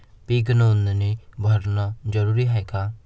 पीक नोंदनी भरनं जरूरी हाये का?